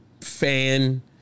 fan